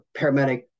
paramedic